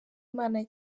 imana